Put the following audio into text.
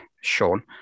Sean